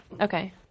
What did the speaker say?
Okay